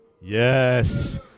Yes